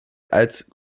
als